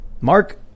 Mark